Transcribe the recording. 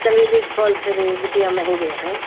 चमेली के फूल फिर बिटिया महंगे है